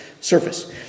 surface